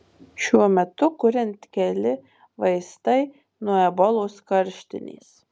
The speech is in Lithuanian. šiuo metu kuriant keli vaistai nuo ebolos karštinės